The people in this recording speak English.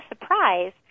surprise